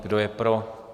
Kdo je pro?